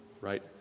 right